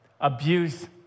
Abuse